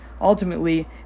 ultimately